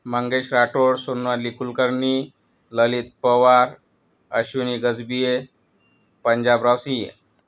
Mangesh Rathod Sonali Kulkarni Lalit Pawar Ashwini Gajbhiye Panjabrao Siye